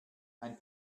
ein